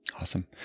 Awesome